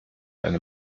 eine